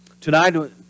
Tonight